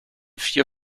vier